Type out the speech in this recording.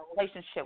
relationship